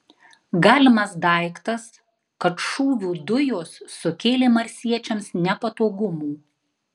galimas daiktas kad šūvių dujos sukėlė marsiečiams nepatogumų